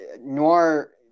noir